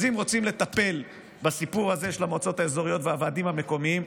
אז אם רוצים לטפל בסיפור הזה של המועצות האזוריות והוועדים המקומיים,